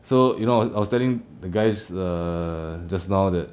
so you know I I was telling the guys err just now that